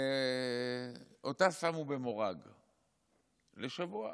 אותה שמו במורג לשבוע.